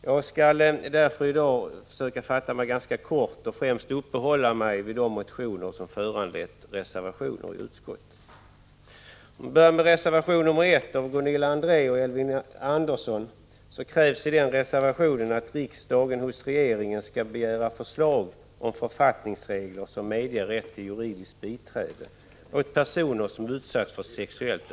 Jag skall därför i dag försöka fatta mig kort och främst uppehålla mig vid de motioner som föranlett reservationer i utskottet.